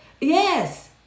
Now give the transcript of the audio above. Yes